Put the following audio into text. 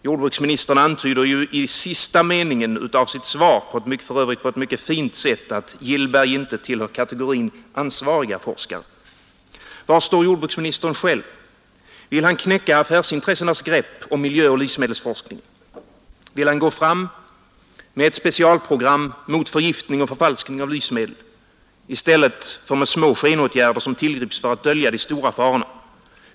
Jordbruksministern antyder ju i sista meningen i sitt svar — för övrigt på ett mycket fint sätt — att Gillberg inte tillhör kategorin ansvariga forskare. Var står jordbruksministern själv? Vill han knäcka affärsintressenas grepp om miljöoch livsmedelsforskningen? Vill han gå fram med ett specialprogram mot förgiftning och förfalskning av livsmedel i stället för med små skenåtgärder, som tillgrips för att dölja de stora farorna?